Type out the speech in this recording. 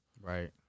Right